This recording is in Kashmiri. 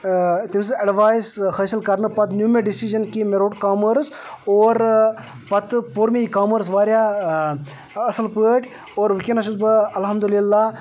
تٔمۍ سٕنٛز اٮ۪ڈوایس حٲصِل کَرنہٕ پَتہٕ نیوٗ مےٚ ڈٮ۪سِجَن کہ مےٚ روٚٹ کامٲرٕس اور پَتہٕ پوٚر مےٚ یہِ کامٲرٕس واریاہ اَصٕل پٲٹھۍ اور وٕنکٮ۪س چھُس بہٕ الحمدُاللہ